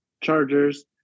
chargers